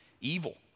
evil